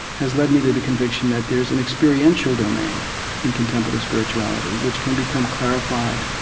has led me to the conviction that there's an experiential domain in contemplative spirituality, which can become clarified,